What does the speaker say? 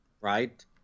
Right